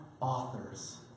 authors